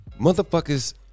Motherfuckers